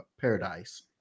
paradise